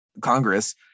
congress